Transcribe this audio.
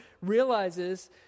realizes